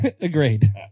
agreed